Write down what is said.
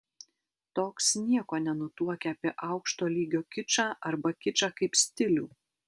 toks nieko nenutuokia apie aukšto lygio kičą arba kičą kaip stilių